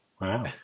Wow